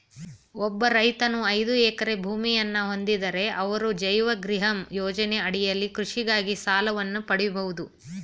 ಒಬ್ಬ ರೈತನು ಐದು ಎಕರೆ ಭೂಮಿಯನ್ನ ಹೊಂದಿದ್ದರೆ ಅವರು ಜೈವ ಗ್ರಿಹಮ್ ಯೋಜನೆ ಅಡಿಯಲ್ಲಿ ಕೃಷಿಗಾಗಿ ಸಾಲವನ್ನು ಪಡಿಬೋದು